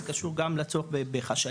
זה קשור גם לצורך בחשאיות,